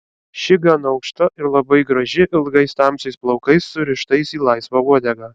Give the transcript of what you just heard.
ši gan aukšta ir labai graži ilgais tamsiais plaukais surištais į laisvą uodegą